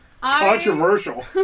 Controversial